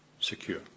secure